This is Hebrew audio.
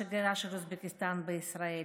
השגרירה של אוזבקיסטן בישראל.